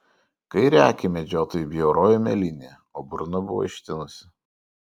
kairę akį medžiotojui bjaurojo mėlynė o burna buvo ištinusi